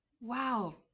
wow